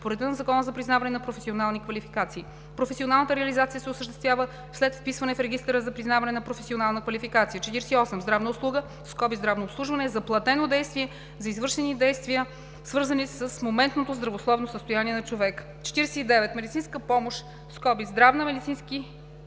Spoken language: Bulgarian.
по реда на Закона за признаване на професионални квалификации. Професионалната реализация се осъществява след вписване в регистъра за признаване на професионална квалификация. 48. „Здравна услуга“ (здравно обслужване) е заплатено действие за извършени действия, свързани с моментното здравословно състояние на човека. 49. „Медицинска помощ“ (здравни, медицински